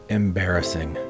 embarrassing